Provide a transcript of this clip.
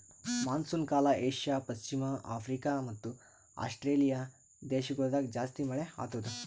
monsoon ಕಾಲ Asia, ಪಶ್ಚಿಮ Africa ಮತ್ತ ಆಸ್ಟ್ರೇಲಿಯಾ ದೇಶಗೊಳ್ದಾಗ್ ಜಾಸ್ತಿ ಮಳೆ ಆತ್ತುದ್